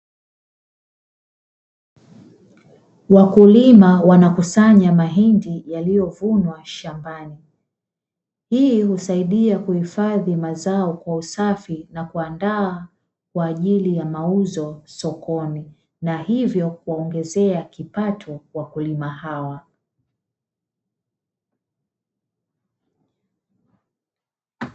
Wakulima wanakusanya mahindi yaliyovunwa shambani, hii husaidia kuhifadhi mazao kwa usafi na kuandaa kwa ajili ya mauzo sokoni na hivyo kuwaongezea kipato wakulima hao.